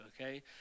okay